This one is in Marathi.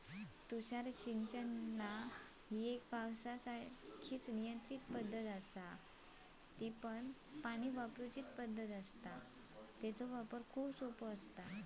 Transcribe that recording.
तुषार सिंचन ही पावसासारखीच नियंत्रित पद्धतीनं पाणी वापरूची पद्धत आसा, तेचो वापर खूप सोपो आसा